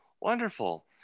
wonderful